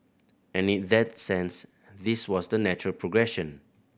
and in that sense this was the natural progression